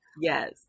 yes